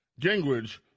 Gingrich